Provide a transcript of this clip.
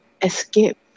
escape